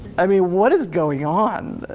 i mean what is going on?